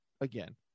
again